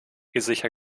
sicher